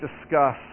discuss